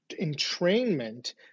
entrainment